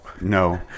No